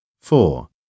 four